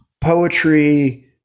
poetry